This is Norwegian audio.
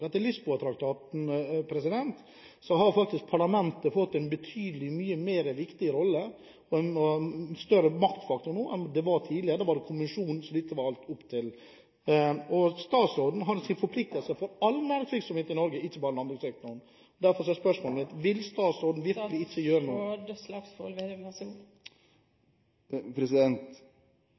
Etter Lisboa-traktaten har parlamentet fått en betydelig viktigere rolle og er en større maktfaktor nå enn det var tidligere. Da var det kommisjonen dette var opp til. Statsråden har forpliktelser overfor all næringsvirksomhet i Norge, ikke bare landbrukssektoren. Derfor er spørsmålet mitt: Vil statsråden virkelig ikke gjøre noe?